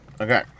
Okay